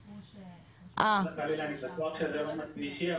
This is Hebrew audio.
חס וחלילה, אני בטוח שזה לא אישי.